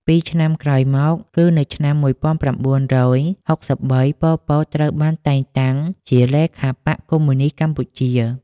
ពីរឆ្នាំក្រោយមក គឺនៅឆ្នាំ១៩៦៣ ប៉ុល ពត ត្រូវបានតែងតាំងជាលេខាបក្សកុម្មុយនីស្តកម្ពុជា។